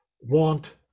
want